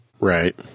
Right